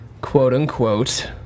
quote-unquote